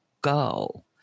go